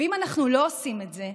ואם אנחנו לא עושים את זה,